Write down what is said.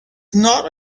not